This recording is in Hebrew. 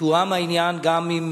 תואם העניין גם עם